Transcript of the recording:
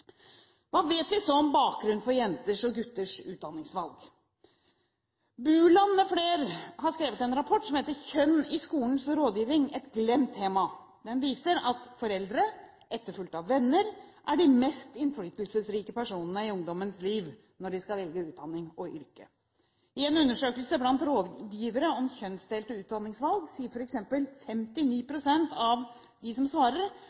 Hva vet vi så om bakgrunnen for jenters og gutters utdanningsvalg? Buland m.fl. har skrevet en rapport som heter Kjønn i skolens rådgiving – et glemt tema? Den viser at foreldre etterfulgt av venner er de mest innflytelsesrike personene i ungdommens liv når de skal velge utdanning og yrke. I en undersøkelse blant rådgivere om kjønnsdelte utdanningsvalg sier f.eks. 59 pst. av dem som svarer,